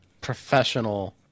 professional